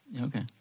Okay